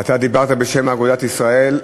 אתה דיברת בשם אגודת ישראל.